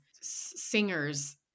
singers